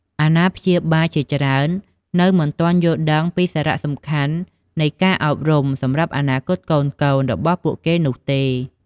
អាណាព្យាបាលជាច្រើននៅមិនទាន់យល់ដឹងច្បាស់ពីសារៈសំខាន់នៃការអប់រំ សម្រាប់អនាគតកូនៗរបស់ពួកគេនោះទេ។